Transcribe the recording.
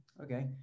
Okay